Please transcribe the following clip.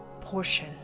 portion